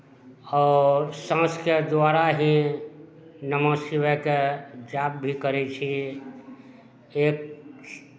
आओर साँसके द्वारा ही नम शिवायके जाप भी करै छी एक